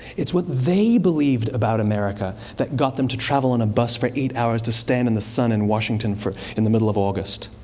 it's what they believed about america that got them to travel in a bus for eight hours to stand in the sun in washington in the middle of august.